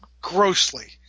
grossly